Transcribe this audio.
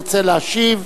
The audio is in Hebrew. אם שר האוצר ירצה להשיב,